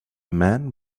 man